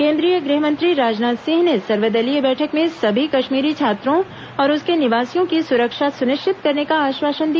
केंद्रीय गृहमंत्री राजनाथ सिंह ने सर्वदलीय बैठक में सभी कश्मीरी छात्रों और उसके निवासियों की सुरक्षा सुनिश्चित करने का आश्वासन दिया